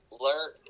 Learn